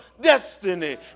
destiny